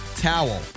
towel